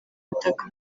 butaka